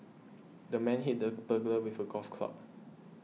the man hit the burglar with a golf club